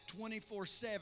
24-7